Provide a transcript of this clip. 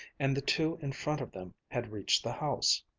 and the two in front of them had reached the house.